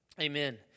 Amen